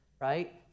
right